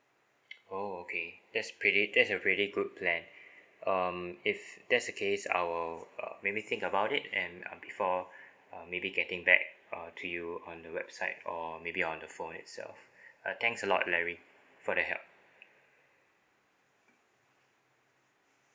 oh okay that's pretty that's a pretty good plan um if that's the case I will uh maybe think about it and um before uh maybe getting back uh to you on the website or maybe on the phone itself uh thanks a lot larry for the help